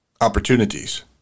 opportunities